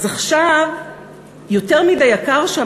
אז עכשיו יותר מדי יקר שם,